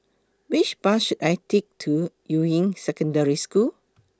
Which Bus should I Take to Yuying Secondary School